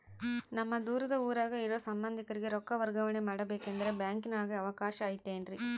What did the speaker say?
ನಮ್ಮ ದೂರದ ಊರಾಗ ಇರೋ ಸಂಬಂಧಿಕರಿಗೆ ರೊಕ್ಕ ವರ್ಗಾವಣೆ ಮಾಡಬೇಕೆಂದರೆ ಬ್ಯಾಂಕಿನಾಗೆ ಅವಕಾಶ ಐತೇನ್ರಿ?